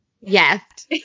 Yes